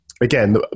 Again